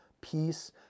peace